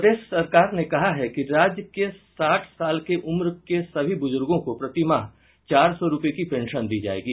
प्रदेश सरकार ने कहा है कि राज्य के साठ साल के उम्र के सभी बुजुर्गो को प्रतिमाह चार सौ रूपये की पेंशन दी जायेगी